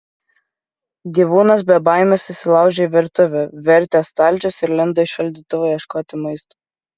gyvūnas be baimės įsilaužė į virtuvę vertė stalčius ir lindo į šaldytuvą ieškoti maisto